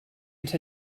ens